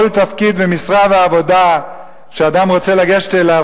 לכל תפקיד ומשרה ועבודה שאדם רוצה לגשת אליהם,